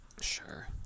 Sure